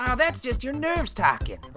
um that's just your nerves talking.